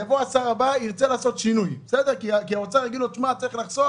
יבוא השר הבא וירצה לעשות שינוי כי האוצר יגיד לו שצריך לחסוך